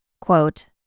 quote